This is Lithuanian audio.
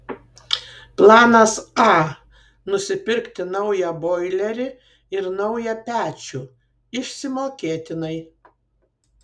planas a nusipirkti naują boilerį ir naują pečių išsimokėtinai